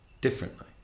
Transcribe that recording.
differently